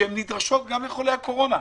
שנדרשות גם לחולי הקורונה.